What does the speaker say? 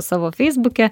savo feisbuke